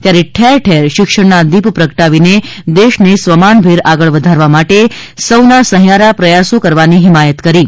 ત્યારે ઠેર ઠેર શિક્ષણના દી પ્રગટાવીને દેશને સ્વમાનભેર આગળ વધારવા માટે સૌને સહિયારા પ્રયાસો કરવાની હિમાયત કરી હતી